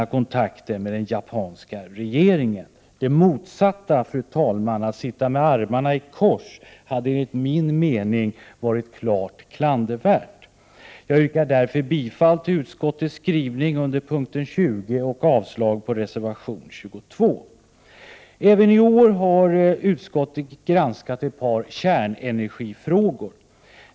Det motsatta, fru talman, att sitta med armarna i kors, hade enligt min mening varit klart klandervärt. Jag yrkar därför bifall till utskottets skrivning under punkten 20 och avslag på reservation 22. Även i år har utskottet granskat ett par kärnenergifrågor.